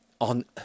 on